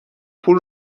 پول